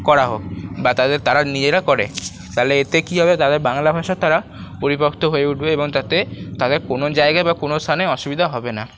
করা হোক বা তারা নিজেরা করে তাহলে এতে কী হবে তাদের বাংলা ভাষা তারা পরিপোক্ত হয়ে উঠবে এবং তাতে তাদের কোনো জায়গায় বা কোনো স্থানে অসুবিধা হবে না